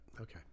Okay